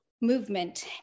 movement